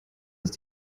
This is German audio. ist